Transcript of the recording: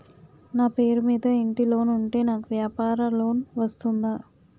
నా పేరు మీద ఇంటి లోన్ ఉంటే నాకు వ్యాపార లోన్ వస్తుందా?